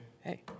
Hey